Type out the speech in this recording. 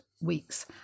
week's